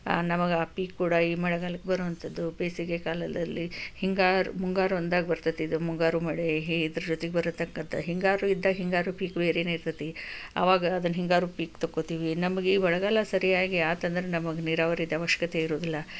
ನಮಗೆ ಆ ಪೀಕು ಕೂಡ ಈ ಮಳೆಗಾಲಕ್ಕೆ ಬರುವಂಥದ್ದು ಬೇಸಿಗೆ ಕಾಲದಲ್ಲಿ ಹಿಂಗಾರು ಮುಂಗಾರು ಅಂದಾಗ ಬರ್ತೈತಿ ಇದು ಮುಂಗಾರು ಮಳೆ ಇದರ ಜೊತೆ ಬರತಕ್ಕಂಥ ಹಿಂಗಾರು ಇದ್ದಾಗ ಹಿಂಗಾರು ಪೀಕು ಬೇರೆಯೇ ಇರ್ತೈತಿ ಅವಾಗ ಅದನ್ನ ಹಿಂಗಾರು ಪೀಕು ತಕ್ಕೊತೀವಿ ನಮಗೆ ಈ ಮಳೆಗಾಲ ಸರಿಯಾಗಿ ಆತಂದ್ರ ನಮಗೆ ನೀರಾವರಿದು ಅವಶ್ಯಕತೆ ಇರೋದಿಲ್ಲ